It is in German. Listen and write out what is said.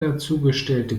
dazugestellte